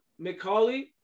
McCauley